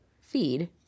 Feed